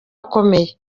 akomeye